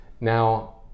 Now